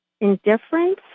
indifference